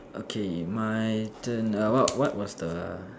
okay my turn err what what was the